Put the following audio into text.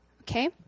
okay